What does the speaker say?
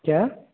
क्या